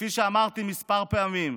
כפי שאמרתי כמה פעמים,